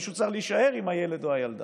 מישהו צריך להישאר עם הילד או הילדה.